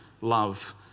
love